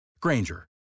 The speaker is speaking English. Granger